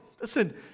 Listen